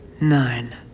Nine